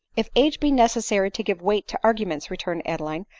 if age be necessary to give weight to arguments, returned adeline,